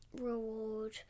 reward